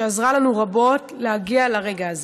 שעזרה לנו רבות להגיע לרגע הזה.